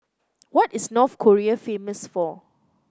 what is North Korea famous for